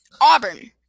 Auburn